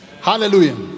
hallelujah